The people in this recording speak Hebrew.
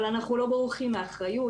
אבל אנחנו לא בורחים מאחריות.